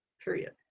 period